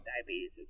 diabetes